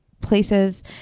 places